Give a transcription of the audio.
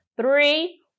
Three